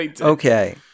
Okay